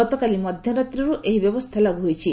ଗତକାଲି ମଧ୍ୟରାତ୍ରିରୁ ଏହି ବ୍ୟବସ୍ଥା ଲାଗ୍ର ହୋଇଛି